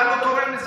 אתה לא תורם לזה.